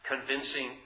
Convincing